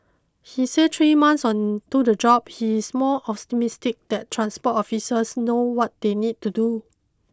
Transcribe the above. he said three months into the job he is more optimistic that transport officials know what they need to do